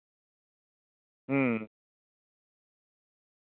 ᱦᱩᱸ